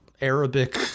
Arabic